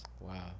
Wow